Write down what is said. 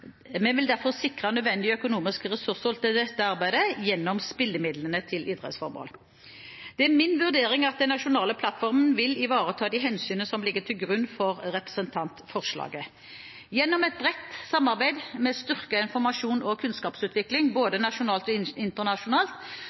vil derfor sikre nødvendige økonomiske ressurser til dette arbeidet gjennom spillemidlene til idrettsformål. Det er min vurdering at den nasjonale plattformen vil ivareta de hensynene som ligger til grunn for representantforslaget. Gjennom et bredt samarbeid med styrket informasjons- og kunnskapsutvikling både nasjonalt og internasjonalt